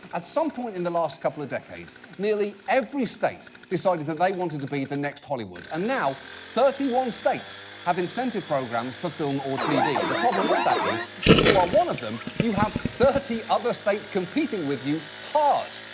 at some point in the last couple of decades, nearly every state decided that they wanted to be the next hollywood, and now, thirty one states have incentive programs for film or tv. the problem with that is, if you are one of them, you have thirty other states competing with you. hard.